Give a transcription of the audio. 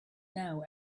now